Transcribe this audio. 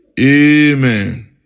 Amen